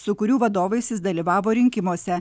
su kurių vadovais jis dalyvavo rinkimuose